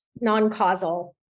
non-causal